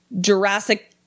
Jurassic